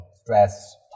stress